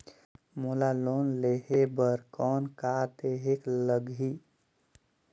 मोला लोन लेहे बर कौन का देहेक लगही?